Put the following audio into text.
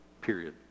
Period